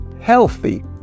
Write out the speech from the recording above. healthy